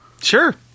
Sure